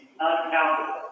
uncountable